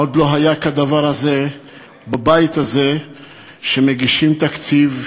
עוד לא היה כדבר הזה בבית הזה שמגישים תקציב,